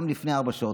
גם לפני ארבע שעות,